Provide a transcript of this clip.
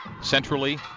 Centrally